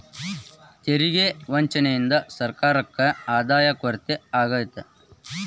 ತೆರಿಗೆ ವಂಚನೆಯಿಂದ ಸರ್ಕಾರಕ್ಕ ಆದಾಯದ ಕೊರತೆ ಆಗತ್ತ